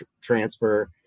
transfer